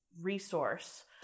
resource